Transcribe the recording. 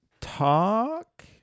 talk